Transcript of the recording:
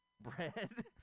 bread